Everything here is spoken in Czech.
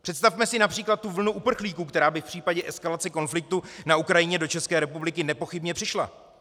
Představme si například tu vlnu uprchlíků, která by v případě eskalace konfliktu na Ukrajině do ČR nepochybně přišla.